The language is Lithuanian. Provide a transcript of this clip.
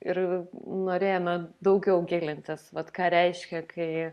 ir norėjome daugiau gilintis vat ką reiškia kai